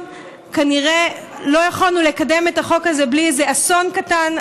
כנראה לא יכולנו לקדם את החוק הזה בלי איזה אסון קטן,